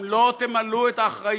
אם לא תמלאו את האחריות